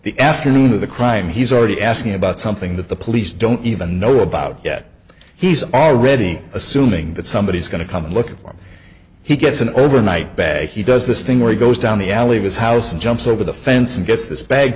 the afternoon of the crime he's already asking about something that the police don't even know about yet he's already assuming that somebody is going to come and look for him he gets an overnight bag he does this thing where he goes down the alley of his house and jumps over the fence and gets this bag